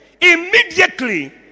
immediately